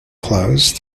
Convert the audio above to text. closed